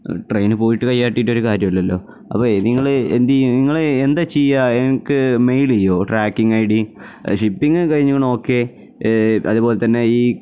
train പോയിട്ട് കൈ കാട്ടിയിട്ടൊരു കാര്യവുമില്ലല്ലോ അപ്പേോള് നിങ്ങള് എന്ത് നിങ്ങള് എന്താണു ചെയ്യുക എനിക്ക് മെയിലെയ്യോ ട്രാക്കിങ് ഐ ഡി ഷിപ്പിങ് കഴിഞ്ഞു ഓക്കെ അതുപോലെ തന്നെ ഈ